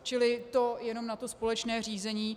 Čili to jenom na to společné řízení.